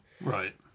Right